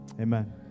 Amen